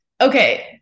Okay